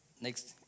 next